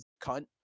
cunt